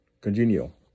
congenial